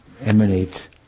emanate